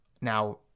Now